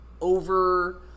over-